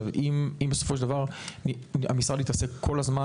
אם בסופו של דבר המשרד יתעסק כל הזמן